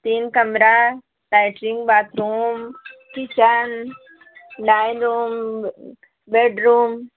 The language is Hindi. तीन कमरा latrine bathroom kitchen dining room bed room